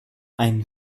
ein